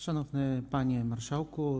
Szanowny Panie Marszałku!